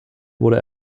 wurde